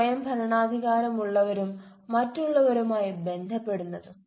സ്വയംഭരണാധികാരമുള്ളവരും മറ്റുള്ളവരുമായി ബന്ധപ്പെടുന്നതും